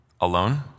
Alone